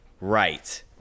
Right